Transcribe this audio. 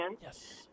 Yes